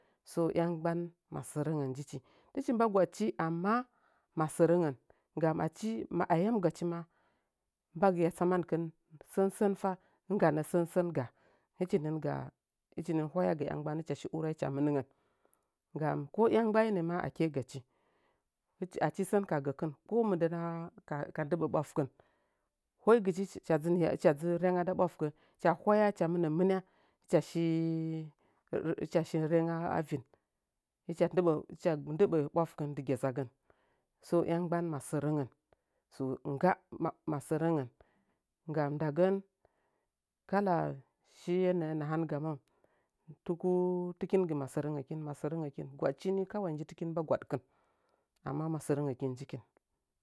So ɨyəmmgɓəə mə sərəngəu nɗɨchɨ tɨchɨ mɓə gwəɗchɨ əmmə məsərəngən gəm əchɨ mə əyam gəchɨ mə mɓəgɨyə tsəmən kɨn sən sən fə ɨnggənɗ sən gə hɨchɨnɨn gə hɨchɨnɨn hwəyəgə yəmmgɓənə hɨchə urəm hɨch ə mɨngən gəm ko ɨyəmmgɓəɨnə mə əkɨ gə chɨ hɨchɨ əchɨ sən kə gəkɨn ko mɨnɗən mə kə nɗɨsə ɓwəfɨkən hoɨgɨchɨ hɨchə ɗzɨ ryənyəɗɨ mə ə ɓwəkɨyə hɨchə shɨ hɨchə rə rengən ə vɨn hɨchə nɗɨɓə ɓwəkɨyəu ɗɨ gyə zəgən so ɨyəmmgɓəm mə sə rəngən so nggə mə mə sərəngən gəm nɗəgən kələ shɨye noo nəhəngəməm tuku tɨkɨn gɨ məsərəngəkɨn mə sərəngəkɨn gwəɗchɨ kəwətɨkɨn mɓə gwəɗə əmmə mə sərəngəkɨn